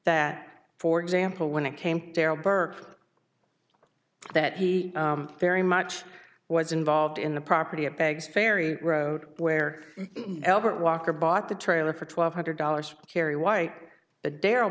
that for example when it came darryl burke that he very much was involved in the property a baggs ferry road where elbert walker bought the trailer for twelve hundred dollars kerry white a darryl